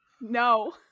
No